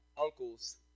uncles